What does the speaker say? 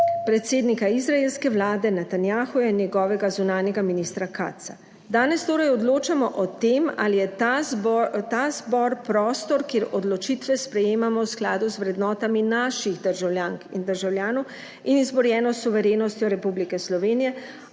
predsednika izraelske vlade Netanjahuja in njegovega zunanjega ministra Katza. Danes torej odločamo o tem, ali je ta zbor prostor, kjer odločitve sprejemamo v skladu z vrednotami naših državljank in državljanov in izborjeno suverenostjo Republike Slovenije,